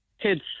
kids